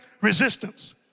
resistance